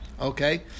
okay